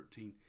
13